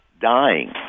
dying